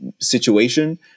situation